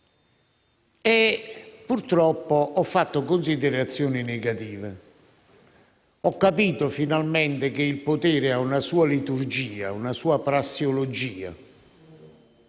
e purtroppo ho fatto considerazioni negative. Ho capito finalmente che il potere ha una sua liturgia, una sua prassiologia